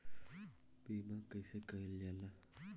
बीमा कइसे कइल जाला?